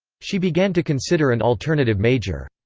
she began to consider an alternative major.